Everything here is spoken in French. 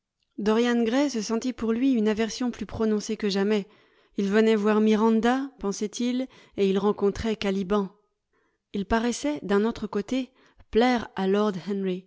dorian gray se sentit pour lui une aversion plus prononcée que jamais il venait voir miranda pensait il et il rencontrait caliban il paraissait d'un autre côté plaire à lord